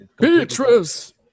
Beatrice